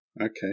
Okay